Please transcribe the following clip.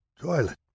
toilet